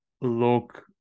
look